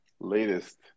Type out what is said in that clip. latest